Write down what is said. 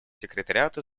секретариату